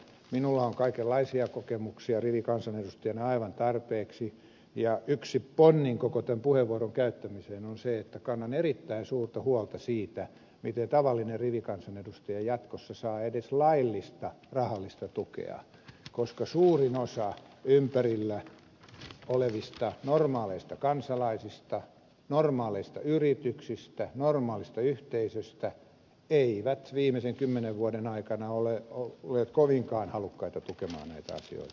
minulla on kaikenlaisia kokemuksia rivikansanedustajana aivan tarpeeksi ja yksi ponnin koko tämän puheenvuoron käyttämiseen on se että kannan erittäin suurta huolta siitä miten tavallinen rivikansanedustaja jatkossa saa edes laillista rahallista tukea koska suurin osa ympärillä olevista normaaleista kansalaisista normaaleista yrityksistä normaaleista yhteisöistä ei viimeisen kymmenen vuoden aikana ole ollut kovinkaan halukkaita tukemaan näitä asioita